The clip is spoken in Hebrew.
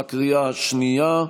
בקריאה השנייה.